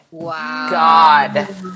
God